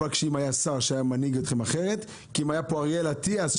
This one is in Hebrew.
אם היה שר שהיה מנהיג אתכם אחרת אם היה כאן אריאל אטיאס,